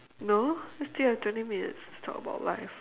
no we still have twenty minutes to talk about life